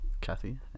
Kathy